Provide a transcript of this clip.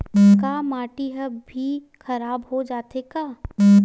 का माटी ह भी खराब हो जाथे का?